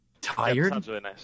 Tired